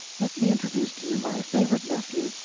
let me introduce to you my favorite nephew,